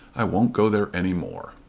i won't go there any more.